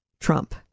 Trump